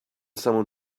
someone